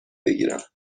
بگیرم